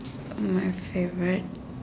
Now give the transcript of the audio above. my favourite